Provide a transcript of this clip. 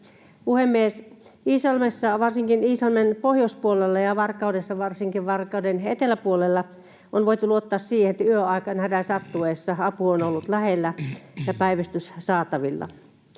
Puhemies! Iisalmessa, varsinkin Iisalmen pohjoispuolella, ja Varkaudessa, varsinkin Varkauden eteläpuolella, on voitu luottaa siihen, että yöaikaan hädän sattuessa apu on ollut lähellä ja päivystys saatavilla.